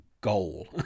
goal